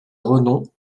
renom